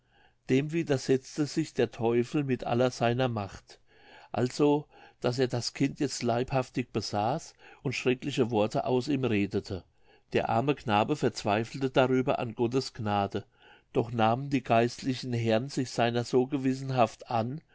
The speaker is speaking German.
dem widersetzte sich der teufel mit aller seiner macht also daß er das kind jetzt leibhaftig besaß und schreckliche worte aus ihm redete der arme knabe verzweifelte darüber an gottes gnade doch nahmen die geistlichen herren sich seiner so gewissenhaft an